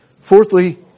Fourthly